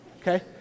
okay